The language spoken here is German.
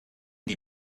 die